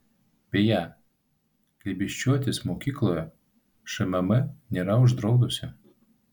beje glėbesčiuotis mokykloje šmm nėra uždraudusi